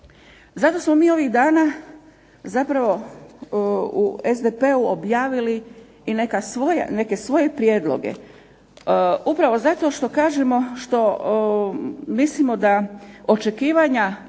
Zato smo mi ovih dana u SDP-u objavili i neke svoje prijedloge, upravo zato što mislimo da očekivanja